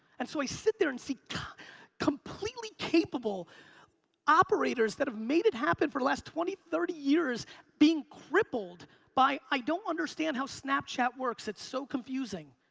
and so i sit there and see completely capable operators that have made it happen for the last twenty, thirty years being crippled by, i don't understand how snapchat works. it's so confusing.